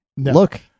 Look